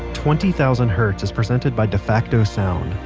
twenty thousand hertz is presented by defacto sound.